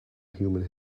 human